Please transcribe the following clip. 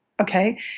okay